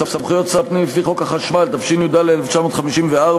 סמכויות שר הפנים לפי חוק החשמל, התשי"ד 1954,